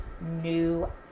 new